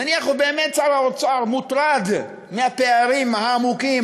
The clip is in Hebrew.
נניח ובאמת שר האוצר מוטרד מהפערים העמוקים,